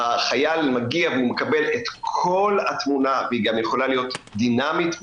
החייל מגיע והוא מקבל את כל התמונה והיא גם יכולה להיות דינמית.